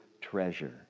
treasure